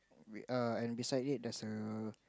err and beside it there's a